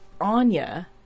Anya